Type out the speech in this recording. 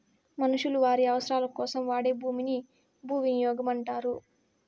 మనుషులు వారి అవసరాలకోసం వాడే భూమిని భూవినియోగం అంటారు